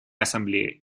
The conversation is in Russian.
ассамблеи